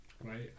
right